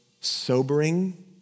sobering